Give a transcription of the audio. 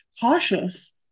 cautious